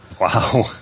Wow